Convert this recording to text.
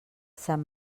sant